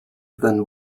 than